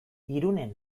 irunen